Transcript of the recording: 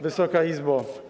Wysoka Izbo!